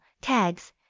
tags